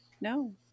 no